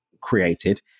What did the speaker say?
created